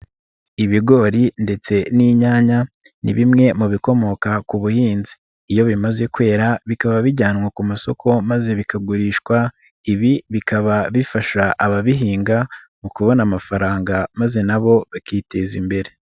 Ibigori ndetse n'inyanya ni bimwe mu bikomoka ku buhinzi, iyo bimaze kwera bikaba bijyanwa ku masoko maze bikagurishwa ibi bikaba bifasha ababihinga mu kubona amafaranga maze na bo bakiteza imbere.